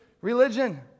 religion